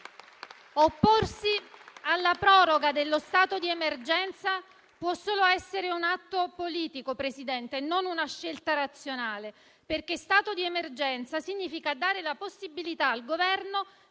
Opporsi alla proroga dello stato di emergenza può solo essere un atto politico, Presidente, e non una scelta razionale, perché stato di emergenza significa dare la possibilità al Governo